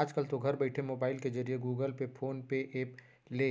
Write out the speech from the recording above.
आजकल तो घर बइठे मोबईल के जरिए गुगल पे, फोन पे ऐप ले